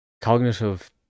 cognitive